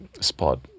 spot